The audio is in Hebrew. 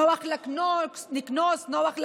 נוח לקנוס, נוח להרוס,